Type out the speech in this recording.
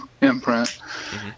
imprint